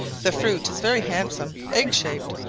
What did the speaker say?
the fruit is very handsome, eggshaped,